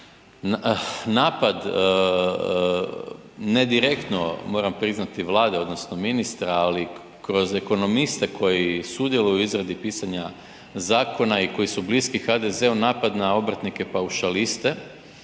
napad, ne direktno moram priznati, Vlade odnosno ministra, ali kroz ekonomiste koji sudjeluju u izradi pisanja zakona i koji su bliski HDZ-u, napad na obrtnike paušaliste